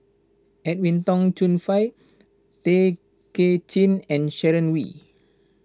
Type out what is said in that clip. Edwin Tong Chun Fai Tay Kay Chin and Sharon Wee